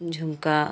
झुमका